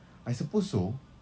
I suppose so